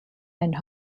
and